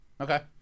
Okay